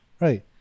Right